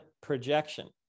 projection